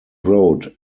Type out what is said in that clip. wrote